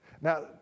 Now